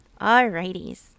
Alrighties